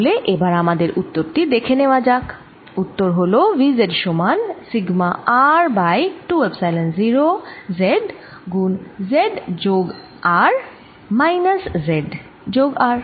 তাহলে এবার আমাদের উত্তর টি দেখে নেওয়া যাক উত্তর হল V z সমান sigma R by 2 epsilon 0 z গুণ z যোগ R মাইনাস z যোগ R